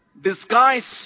Disguised